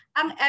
ang